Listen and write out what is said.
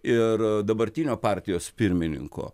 ir dabartinio partijos pirmininko